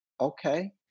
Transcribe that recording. Okay